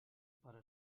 pare